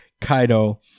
Kaido